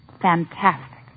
Fantastic